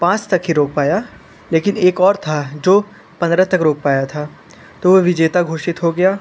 पाँच तक ही रोक पाया लेकिन एक और था जो पंद्रह तक रोक पाया था तो वो विजेता घोषित हो गया